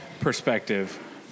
perspective